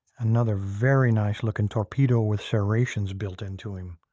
another very nice looking torpedo with serrations built into him.